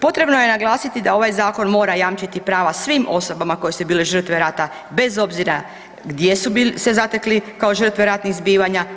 Potrebno je naglasiti da ovaj zakon mora jamčiti svim osobama koje su bile žrtve rata bez obzira gdje su se zatekli kao žrtve ratnih zbivanja.